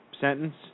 sentence